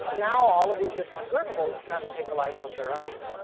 ah now, all of these different observables kind of take a life of their own.